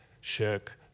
shirk